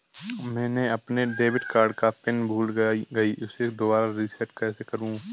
मैंने अपने debit card का पिन भूल गई, उसे दोबारा रीसेट कैसे करूँ?